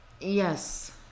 Yes